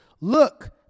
Look